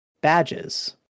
badges